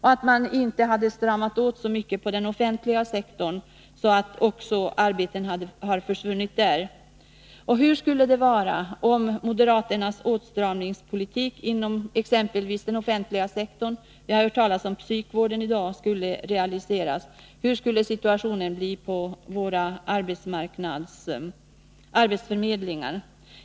Man skulle inte ha stramat åt så mycket på den offentliga sektorn att arbeten försvunnit också där. Hur skulle det vara om moderaternas åtstramningspolitik inom exempelvis den offentliga sektorn — det har ju talats om psykvården i dag — realiserades? Hur skulle situationen då bli på våra arbetsförmedlingar?